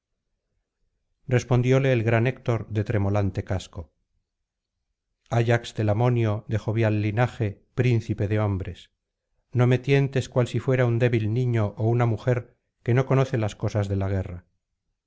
respondióle el gran héctor de tremolante casco ayax telamonio de jovial linaje príncipe de hombres no me tientes cual si fuera un débil niño ó una mujer que no conoce las cosas de la guerra